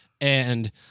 And-